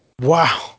Wow